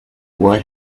what